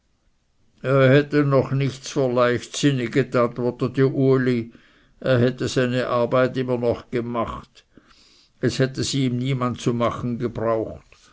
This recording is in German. er hatte noch nichts verleichtsinniget antwortete uli er hätte seine arbeit immer noch gemacht es hätte ihm sie niemand zu machen gebraucht